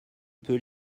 peut